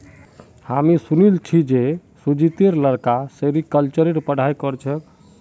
हामी सुनिल छि जे सुजीतेर लड़का सेरीकल्चरेर पढ़ाई कर छेक